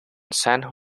san